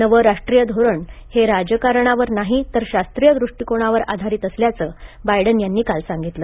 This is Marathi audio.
नवे राष्ट्रीय धोरण हे राजकारणावर नाही तर शास्त्रीय दृष्टिकोनावर आधारित असल्याचे बायडन यांनी काल सांगितले